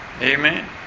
Amen